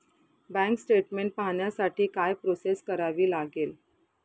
Bank statement पाहण्यासाठी काय process करावी लागेल?